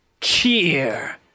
cheer